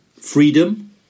freedom